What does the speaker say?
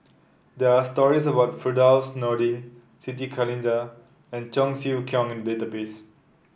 there are stories about Firdaus Nordin Siti Khalijah and Cheong Siew Keong in the database